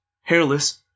hairless